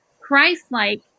christ-like